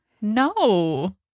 No